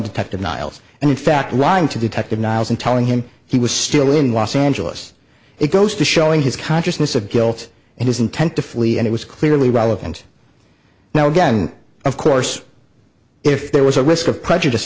detective niles and in fact lying to detective niles and telling him he was still in los angeles it goes to showing his consciousness of guilt and his intent to flee and it was clearly relevant now again of course if there was a risk of prejudice